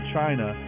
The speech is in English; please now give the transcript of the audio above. China